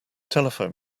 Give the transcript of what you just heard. telephoned